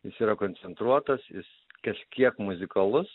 jis yra koncentruotas jis kažkiek muzikalus